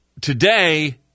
Today